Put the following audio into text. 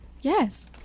Yes